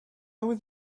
was